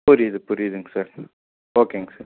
புரியிது புரியிதுங் சார் ஓகேங்க சார்